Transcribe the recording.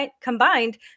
combined